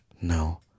no